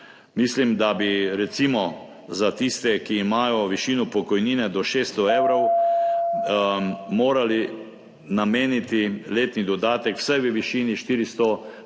Mislim, da bi recimo za tiste, ki imajo višino pokojnine do 600 evrov, morali nameniti letni dodatek vsaj v višini 495 evrov